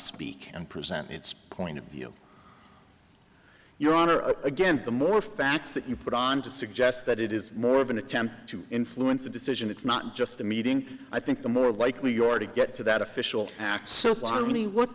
speak and present its point of view your honor again the more facts that you put on to suggest that it is more of an attempt to influence the decision it's not just the meeting i think the more likely your to get to that official